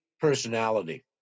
personality